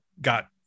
got